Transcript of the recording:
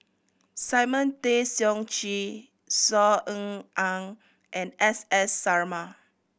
Simon Tay Seong Chee Saw Ean Ang and S S Sarma